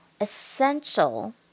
essential